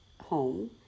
home